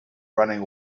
running